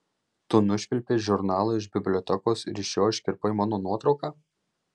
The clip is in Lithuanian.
tu nušvilpei žurnalą iš bibliotekos ir iš jo iškirpai mano nuotrauką